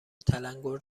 تلنگور